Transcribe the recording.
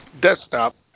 desktop